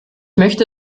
möchte